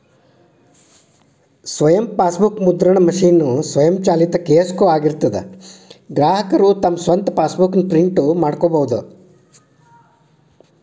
ಸ್ವಯಂ ಫಾಸ್ಬೂಕ್ ಮುದ್ರಣ ಮಷೇನ್ ಸ್ವಯಂಚಾಲಿತ ಕಿಯೋಸ್ಕೊ ಆಗಿರ್ತದಾ ಗ್ರಾಹಕರು ತಮ್ ಸ್ವಂತ್ ಫಾಸ್ಬೂಕ್ ನ ಪ್ರಿಂಟ್ ಮಾಡ್ಕೊಬೋದು